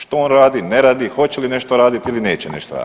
Što on radi, ne radi, hoće li nešto raditi ili neće nešto raditi.